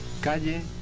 Calle